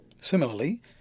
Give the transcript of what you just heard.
Similarly